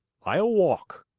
i'll walk.